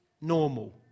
normal